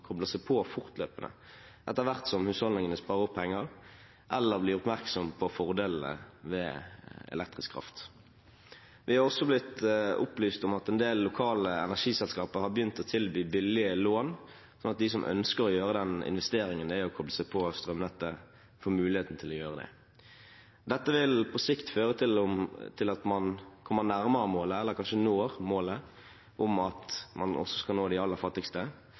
seg på fortløpende, etter hvert som husholdningene sparer opp penger eller blir oppmerksomme på fordelene ved elektrisk kraft. Vi er også blitt opplyst om at en del lokale energiselskaper har begynt å tilby billige lån, slik at de som ønsker å gjøre den investeringen det er å koble seg på strømnettet, får muligheten til å gjøre det. Dette vil på sikt føre til at man kommer nærmere målet – eller kanskje når målet – om at man også skal nå de aller fattigste,